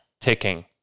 ticking